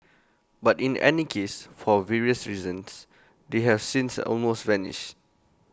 but in any case for various reasons they have since almost vanished